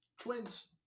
Twins